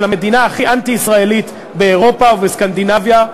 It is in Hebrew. המדינה הכי אנטי-ישראלית באירופה ובסקנדינביה,